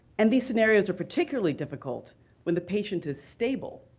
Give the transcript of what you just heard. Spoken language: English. and these scenarios are particularly difficult when the patient is stable,